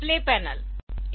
तो ये display panel